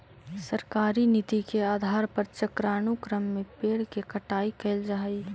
सरकारी नीति के आधार पर चक्रानुक्रम में पेड़ के कटाई कैल जा हई